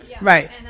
Right